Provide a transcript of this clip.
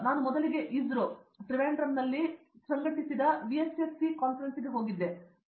ನಾನು ಮೊದಲಿಗೆ ISRO ತ್ರಿವೇಂಡ್ರಮ್ನಲ್ಲಿ ಸಂಘಟಿಸಿದ VSSC ಕಾನ್ಫರೆನ್ಸ್ಗೆ ಹೋದಾಗ